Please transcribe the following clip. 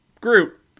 group